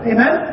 Amen